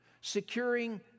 securing